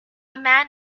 man